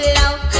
love